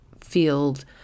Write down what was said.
field